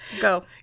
Go